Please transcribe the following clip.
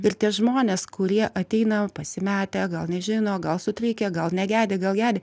ir tie žmonės kurie ateina pasimetę gal nežino gal sutrikę gal negedi gal gedi